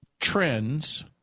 trends